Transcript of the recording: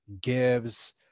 gives